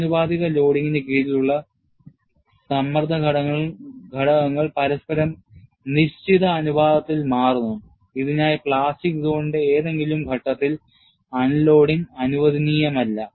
ആനുപാതിക ലോഡിംഗിന് കീഴിൽ സമ്മർദ്ദ ഘടകങ്ങൾ പരസ്പരം നിശ്ചിത അനുപാതത്തിൽ മാറുന്നു ഇതിനായി പ്ലാസ്റ്റിക് സോണിന്റെ ഏതെങ്കിലും ഘട്ടത്തിൽ അൺലോഡിംഗ് അനുവദനീയമല്ല